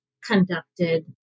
Conducted